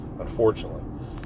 unfortunately